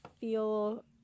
feel